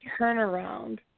turnaround